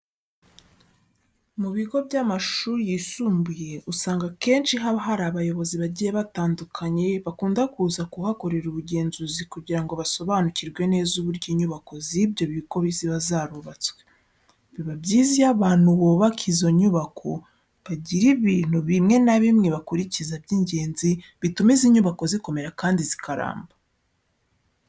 Mu bigo by'amashuri yisumbuye usanga akenshi haba hari abayobozi bagiye batandukanye bakunda kuza kuhakorera ubugenzuzi kugira ngo basobanukirwe neza uburyo inyubako z'ibyo bigo ziba zarubatswe. Biba byiza iyo abantu bubaka izi nyubako bagira ibintu bimwe na bimwe bakurikiza by'ingenzi bituma izi nyubako zikomera kandi zikaramba.